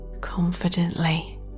confidently